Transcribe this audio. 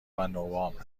نوامبر